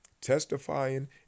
testifying